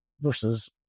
versus